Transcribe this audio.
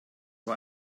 war